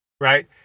right